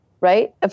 right